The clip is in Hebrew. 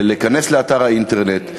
להיכנס לאתר האינטרנט,